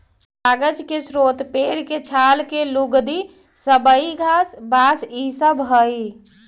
कागज के स्रोत पेड़ के छाल के लुगदी, सबई घास, बाँस इ सब हई